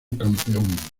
campeón